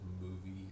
movie